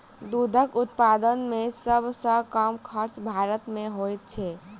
दूधक उत्पादन मे सभ सॅ कम खर्च भारत मे होइत छै